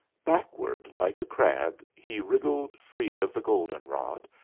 backward, like a crab he wriggled free of the goldenrod,